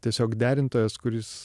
tiesiog derintojas kuris